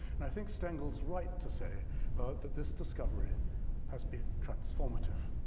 and i think stengel is right to say that this discovery has been transformative.